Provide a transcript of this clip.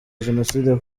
jenoside